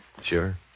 Sure